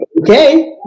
Okay